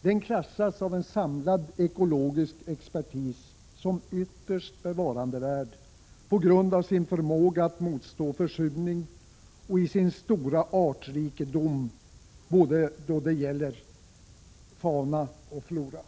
Den klassas av en samlad ekologisk expertis som ytterst bevarandevärd på grund av sin förmåga att motstå försurning och sin stora artrikedom både då det gäller fauna och flora.